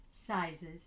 sizes